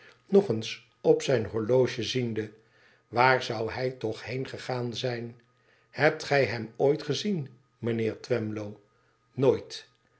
nog eens op ijn horloge ziende i waar zou hij toch heengegaan zijn hebt gij hem ooit gezien mijnheer twemlow nooit